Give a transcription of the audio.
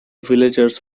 villagers